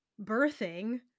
birthing